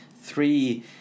three